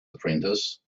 apprentice